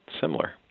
similar